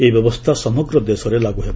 ଏହି ବ୍ୟବସ୍ଥା ସମଗ୍ ଦେଶରେ ଲାଗୁ ହେବ